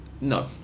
No